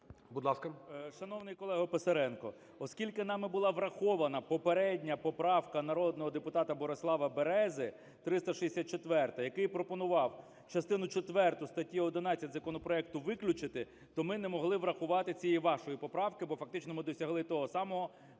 М.Л. Шановний колего Писаренко, оскільки нами була врахована попередня поправка народного депутата Борислава Берези, 364-а, який пропонував частину четверту статті 11 законопроекту виключити, то ми не могли врахувати цієї вашої поправки, бо фактично ми досягли того самого, Береза,